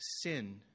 Sin